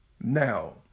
Now